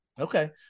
Okay